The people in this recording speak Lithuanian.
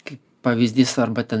kaip pavyzdys arba ten